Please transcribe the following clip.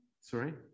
Sorry